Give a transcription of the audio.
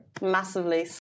Massively